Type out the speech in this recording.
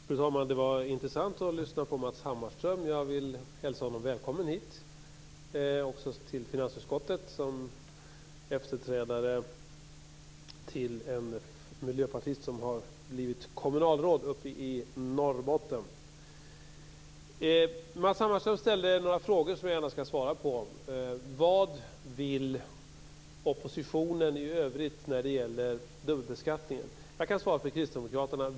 Fru talman! Det var intressant att lyssna på Matz Hammarström. Jag vill hälsa honom välkommen hit och till finansutskottet som efterträdare till en miljöpartist som blivit kommunalråd i Norrbotten. Matz Hammarström ställde några frågor som jag gärna skall svara på. Vad vill oppositionen i övrigt när det gäller dubbelbeskattningen? Jag kan svara för kristdemokraterna.